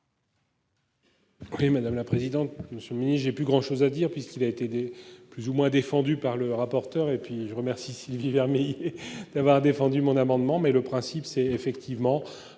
Oui madame la présidente, monsieur j'ai plus grand chose à dire puisqu'il a été des plus ou moins défendu par le rapporteur et puis je remercie Sylvie Vermeillet. D'avoir défendu mon amendement mais le principe, c'est effectivement